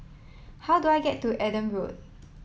how do I get to Adam Road